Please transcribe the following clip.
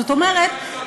זאת אומרת,